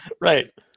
Right